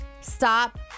stop